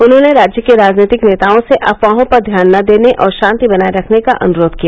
उन्होंने राज्य के राजनीतिक नेताओं से अफवाहों पर ध्यान न देने और शांति बनाए रखने का अन्रोध किया